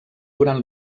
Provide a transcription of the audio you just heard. durant